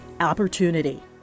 opportunity